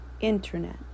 internet